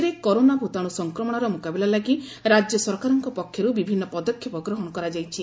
ରାଜ୍ୟରେ କରୋନା ଭୂତାଣୁ ସଂକ୍ରମଣର ମୁକାବିଲା ଲାଗି ରାଜ୍ୟ ସରକାରଙ୍କ ପକ୍ଷରୁ ବିଭିନ୍ନ ପଦକ୍ଷେପ ଗ୍ରହଣ କରାଯାଇଛି